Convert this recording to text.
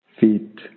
feet